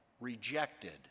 rejected